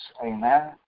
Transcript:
Amen